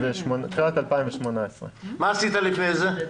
תחילת 2018. מה עשית לפני זה?